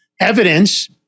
evidence